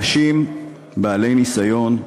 אנשים בעלי ניסיון,